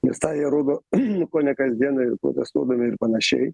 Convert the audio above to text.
nes tą įrodo kone kasdienai protestuodami ir panašiai